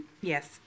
Yes